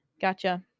Gotcha